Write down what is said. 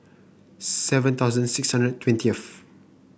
seven thousand six hundred twentieth